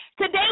Today